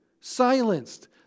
silenced